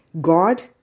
God